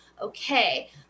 okay